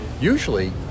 usually